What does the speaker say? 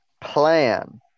plan